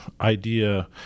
idea